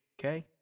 Okay